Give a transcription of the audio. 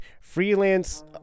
freelance